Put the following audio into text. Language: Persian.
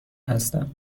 هستم